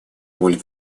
роль